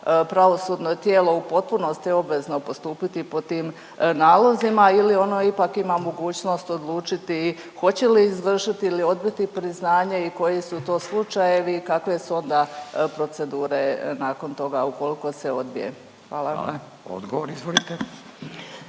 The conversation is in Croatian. pravosudno tijelo u potpunosti obvezno postupiti po tim nalozima ili ono ipak ima mogućnost odlučiti hoće li izvršiti ili odbiti priznanje i koji su to slučajevi i kakve su onda procedure nakon toga ukoliko se odbije? Hvala vam. **Radin, Furio